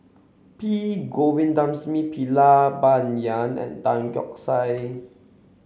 P Govindasamy Pillai Bai Yan and Tan Keong Saik